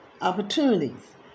opportunities